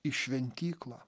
į šventyklą